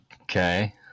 Okay